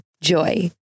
Joy